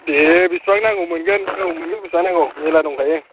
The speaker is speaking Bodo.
दे बेसेबां नांगौ मोनगोन औ मोनगोन बेसेबां नांगौ मेल्ला दंखायो